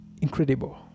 Incredible